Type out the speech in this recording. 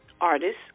artists